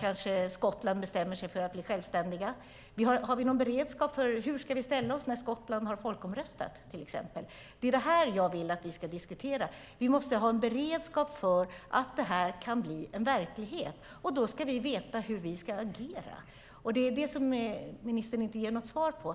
kanske blir om Skottland bestämmer sig för att bli självständigt. Har vi till exempel någon beredskap för hur vi ska ställa oss när Skottland har folkomröstat? Det är det här som jag vill att vi ska diskutera. Vi måste ha en beredskap för att det här kan bli en verklighet, och då ska vi veta hur vi ska agera. Det är det som ministern inte ger något svar på.